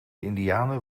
indianen